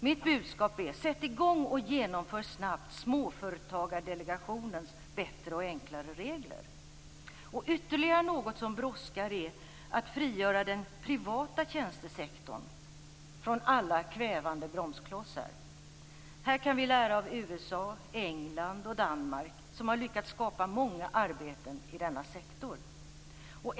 Mitt budskap är: Sätt i gång och genomför snabbt Småföretagardelegationens bättre och enklare regler! Ytterligare något som brådskar är att frigöra den privata tjänstesektorn från alla kvävande bromsklossar. Här kan vi lära av USA, England och Danmark, som har lyckats skapa många arbeten i denna sektor.